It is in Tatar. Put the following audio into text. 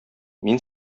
мин